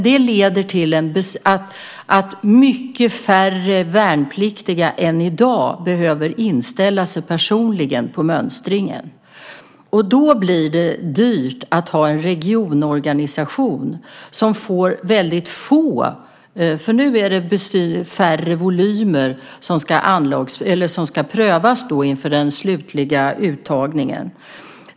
Det leder till att betydligt färre värnpliktiga än i dag behöver inställa sig personligen på mönstringen. Det blir då dyrt att ha en regionorganisation som får väldigt få ärenden. Det är färre som ska prövas inför den slutliga uttagningen.